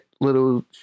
little